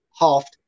half